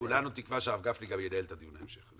כולנו תקווה שהרב גפני ינהל את דיון ההמשך.